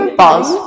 balls